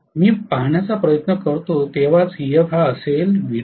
मी पाहण्याचा प्रयत्न करतो तेव्हाच हे होते